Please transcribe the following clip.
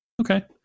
Okay